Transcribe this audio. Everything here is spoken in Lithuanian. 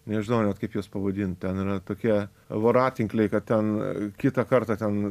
nežinau net kaip juos pavadint ten yra tokie voratinkliai kad ten kitą kartą ten